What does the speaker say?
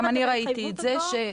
גם אני ראיתי את זה --- מה?